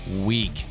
week